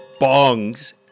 bongs